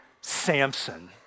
Samson